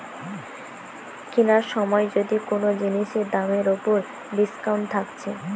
কিনার সময় যদি কুনো জিনিসের দামের উপর ডিসকাউন্ট থাকছে